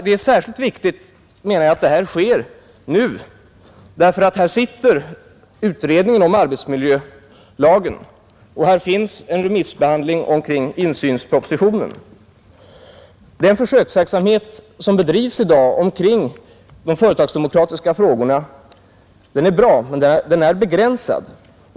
Det är särskilt viktigt, menar jag, att detta sker nu, ty en utredning om arbetsmiljölagen är tillsatt och en remissbehandling av insynspropositionen pågår. Den försöksverksamhet som i dag bedrivs kring de företagsdemokratiska frågorna är bra men är begränsad.